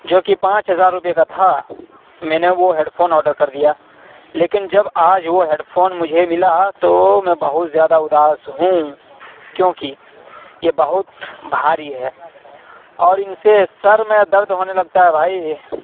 جو کہ پانچ ہزار روپئے کا تھا میں نے وہ ہیڈ فون آڈر کر دیا لیکن جب آج وہ ہیڈ فون مجھے ملا تو میں بہت زیادہ اداس ہوں کیونکہ یہ بہت بھاری ہے اور ان سے سر میں درد ہونے لگتا ہے بھائی